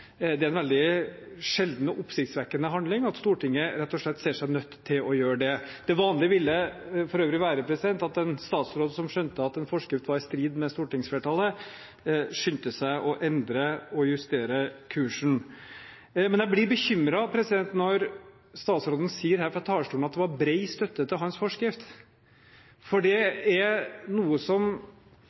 Det er en veldig sjelden og oppsiktsvekkende handling, at Stortinget rett og slett ser seg nødt til å gjøre det. Det vanlige ville for øvrig vært at en statsråd som skjønte at en forskrift var i strid med stortingsflertallet, skyndte seg å endre og justere kursen. Jeg blir bekymret når statsråden sier her fra talerstolen at det var bred støtte til hans forskrift, for det er noe som